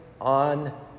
on